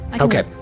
Okay